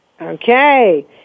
Okay